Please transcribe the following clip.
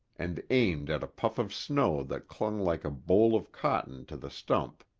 and aimed at a puff of snow that clung like a boll of cotton to the stump.